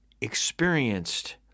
experienced